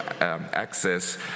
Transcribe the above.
access